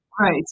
Right